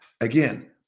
Again